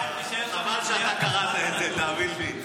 חיים, חבל שאתה קראת את זה, תאמין לי.